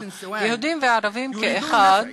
יהודים וערבים כאחד